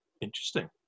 interesting